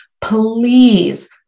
please